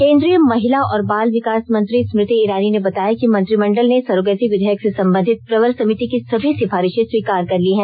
केन्द्रीय महिला और बाल विकास मंत्री स्मृति ईरानी ने बताया कि मंत्रिमंडल ने सरोगेसी विधेयक से संबंधित प्रवर समिति की समी सिफारिशें स्वीकार कर ली हैं